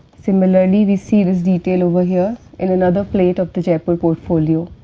similarly, we see this detail over here in another plate of the portfolio.